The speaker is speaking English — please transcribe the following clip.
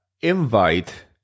invite